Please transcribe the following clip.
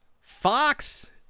fox